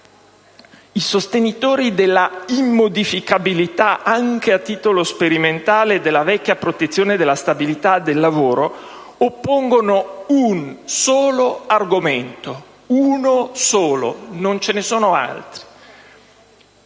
I sostenitori della immodificabilità, anche a titolo sperimentale, della vecchia protezione della stabilità del lavoro oppongono un solo argomento, uno solo, non ce ne sono altri: